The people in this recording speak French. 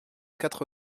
quatre